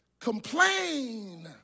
complain